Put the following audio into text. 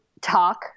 talk